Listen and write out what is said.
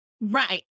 Right